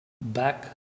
back